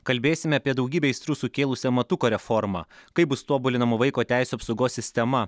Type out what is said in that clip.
kalbėsime apie daugybę aistrų sukėlusią matuko reformą kaip bus tobulinama vaiko teisių apsaugos sistema